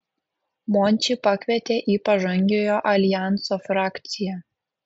mončį pakvietė į pažangiojo aljanso frakciją